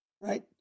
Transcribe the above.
Right